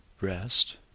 rest